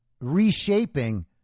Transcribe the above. reshaping